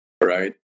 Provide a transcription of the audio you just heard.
right